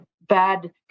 bad